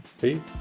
Peace